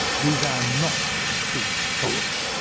these are not cheap choppers.